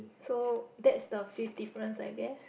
so that's the fifth difference I guess